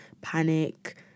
panic